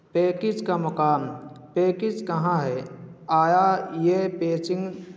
package کا مقام package کہاں ہے آیا یہ پیچنگ